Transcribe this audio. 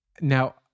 Now